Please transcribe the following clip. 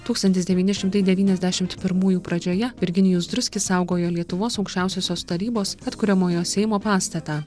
tūkstantis devyni šimtai devyniasdešimt pirmųjų pradžioje virginijus druskis saugojo lietuvos aukščiausiosios tarybos atkuriamojo seimo pastatą